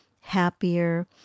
happier